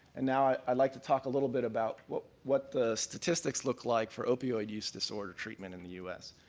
and now i'd i'd like to talk a little bit about what what the statistics look like for opioid use disorder treatment in the u s.